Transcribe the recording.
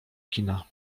kina